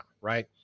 right